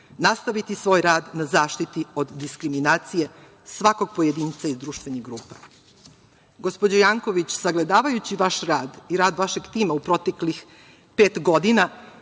nastaviti svoj rad na zaštiti od diskriminacije svakog pojedinca i društvene grupe. Gospođo Janković, sagledavajući vaš rad i rad vašeg tima u proteklih pet godina,